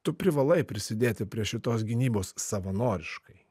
tu privalai prisidėti prie šitos gynybos savanoriškai